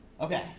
Okay